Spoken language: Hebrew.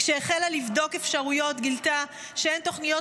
כשהחלה לבדוק אפשרויות גילתה שאין תוכניות